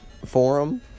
Forum